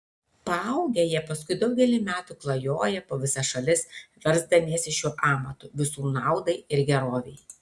paaugę jie paskui daugelį metų klajoja po visas šalis versdamiesi šiuo amatu visų naudai ir gerovei